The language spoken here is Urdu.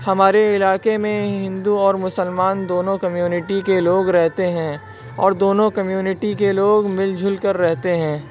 ہمارے علاقے میں ہندو اور مسلمان دونوں کمیونٹی کے لوگ رہتے ہیں اور دونوں کمیونٹی کے لوگ مل جل کر رہتے ہیں